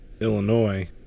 Illinois